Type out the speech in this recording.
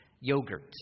yogurt